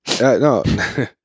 No